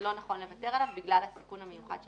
שלא נכון לוותר עליו בגלל הסיכון המיוחד שיש.